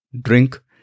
drink